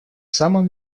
самом